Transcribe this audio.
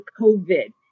COVID